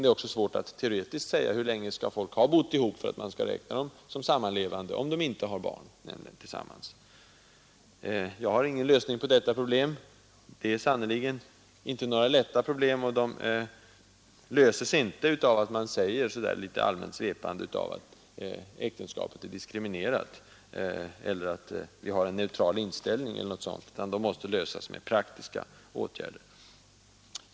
Det är också teoretiskt besvärligt att säga hur länge människor skall ha bott ihop för att man skall räkna dem som sammanlevande, om de inte har barn tillsammans. Jag har ingen lösning på detta problem. Det är sannerligen inte lätt, och det löses inte av att man så där litet allmänt svepande säger att äktenskapet är diskriminerat, eller att vi skall ha en neutral inställning. De måste lösas genom praktiska åtgärder.